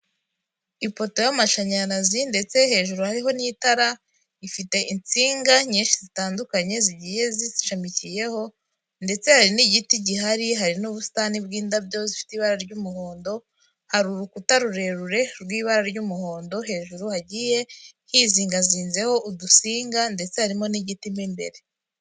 Ipotoo y'amashanyarazi ndetse hejuru hariho n'itara ifite insinga nyinshi zitandukanye zigiye zizishamikiyeho, ndetse hari n'igiti gihari, hari n'ubusitani bw'indabyo zifite ibara ry'umuhondo, hari urukuta rurerure rw'ibara ry'umuhondo, hejuru hagiye hizingazinzeho udusinga ndetse harimo n' igiti mu imbere.